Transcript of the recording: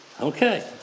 Okay